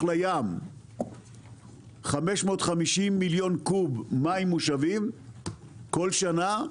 לים 550 מיליון קוב מים מושבים כל שנה,